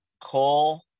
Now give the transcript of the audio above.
Cole